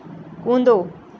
कूदो